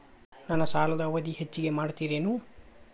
ನನ್ನ ಸಾಲದ ಅವಧಿ ಹೆಚ್ಚಿಗೆ ಮಾಡ್ತಿರೇನು?